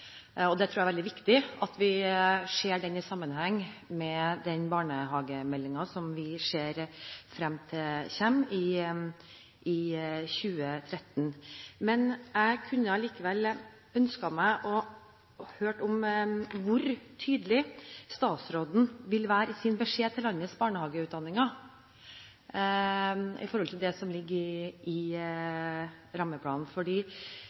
tror det er veldig viktig at vi ser den i sammenheng med den barnehagemeldingen som vi ser frem til kommer i 2013. Jeg kunne likevel ønsket å høre hvor tydelig statsråden vil være i sin beskjed til landets barnehageutdanninger når det gjelder det som ligger i rammeplanen, for vi opplever jo at de ulike institusjonene vektlegger dette veldig ulikt i